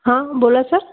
हां बोला सर